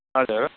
हजुर